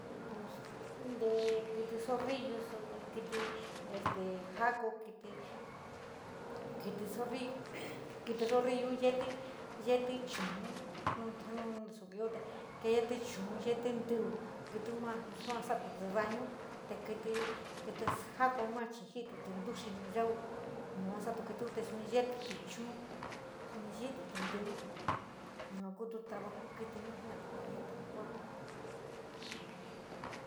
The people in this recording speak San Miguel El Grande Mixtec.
Pos inte kití zorrillusu, kití este jako, kiví zorrillu, kití zorrillu yeeti chunu, chuu soo te yeeti chuu yeeti rníu kitoun maa souu damoute litu yua eni jintoti, intuyí noo yuu yuu souu kitiin, suu yetuti chuun, suni jijutí ntíví yua kutu trabajo kitíun yua jena´atí te kayeetí ja koa.